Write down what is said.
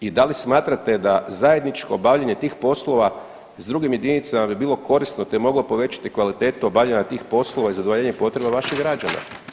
I da li smatrate da zajedničko obavljanje tih poslova s drugim jedinicama bi bilo korisno te moglo povećati kvalitetu obavljanja tih poslova i zadovoljenje potreba vaših građana.